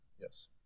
Yes